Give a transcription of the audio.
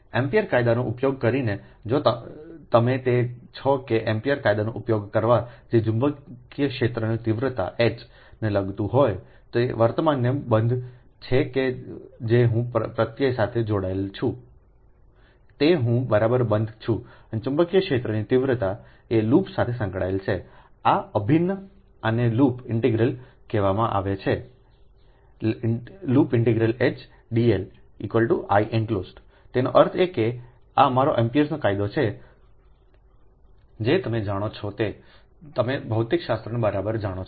ampere કાયદાનો ઉપયોગ કરીને જો તમે તે છો કે એમ્પીયર કાયદોનો ઉપયોગ કરવો જે ચુંબકીય ક્ષેત્રની તીવ્રતા Hને લગતું હોય છે અને વર્તમાનનો બંધ છે કે જે હું પ્રત્યય સાથે જોડાયેલું છે તો હું બંધ છું અને ચુંબકીય ક્ષેત્રની તીવ્રતા એ લૂપ સાથે સંકળાયેલું છું આ અભિન્ન આને લૂપ ઇન્ટિગ્રલ કહેવામાં આવે Hdl Ienclosed તેનો અર્થ એ કે આ તમારો એમ્પિઅર્સ કાયદો છે જે તમે જાણો છો તે તમે ભૌતિકશાસ્ત્રને જાણો છો